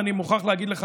ואני מוכרח להגיד לך,